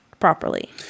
properly